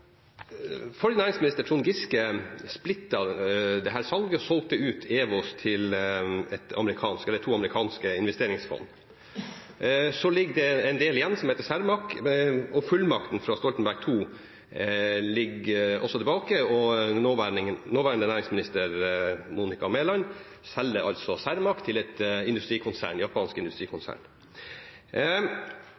næringsminister, Trond Giske, splittet dette salget og solgte ut EWOS til to amerikanske investeringsfond. Så ligger det en del igjen, som heter Cermaq. Fullmakten fra Stoltenberg II ligger også tilbake, og nåværende næringsminister Monica Mæland selger Cermaq til et japansk industrikonsern.